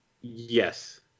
Yes